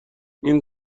این